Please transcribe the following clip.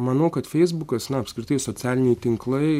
manau kad feisbukas na apskritai socialiniai tinklai